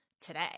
today